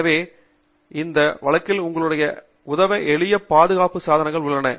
எனவே இந்த வழக்கில் உங்களுக்கு உதவ எளிய பாதுகாப்பு சாதனங்கள் உள்ளன